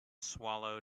swallow